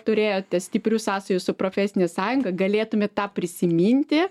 turėjote stiprių sąsajų su profesine sąjunga galėtumėt tą prisiminti